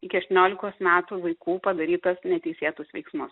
iki aštuoniolikos metų vaikų padarytus neteisėtus veiksmus